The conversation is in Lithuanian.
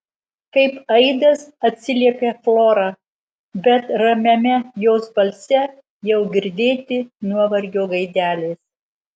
kaip aidas atsiliepia flora bet ramiame jos balse jau girdėti nuovargio gaidelės